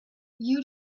you